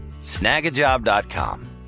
Snagajob.com